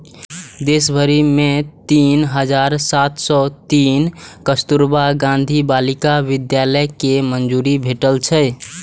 देश भरि मे तीन हजार सात सय तीन कस्तुरबा गांधी बालिका विद्यालय कें मंजूरी भेटल छै